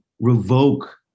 revoke